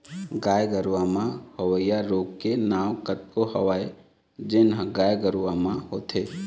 गाय गरूवा म होवइया रोग के नांव कतको हवय जेन ह गाय गरुवा म होथे